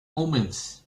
omens